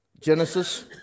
Genesis